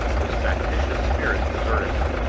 his factitious spirits deserted him.